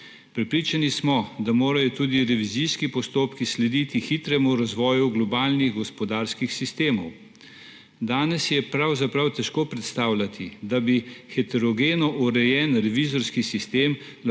Prepričani smo, da morajo tudi revizijski postopki slediti hitremu razvoju globalnih gospodarskih sistemov. Danes si je pravzaprav težko predstavljati, da bi heterogeno urejen revizorski sistem lahko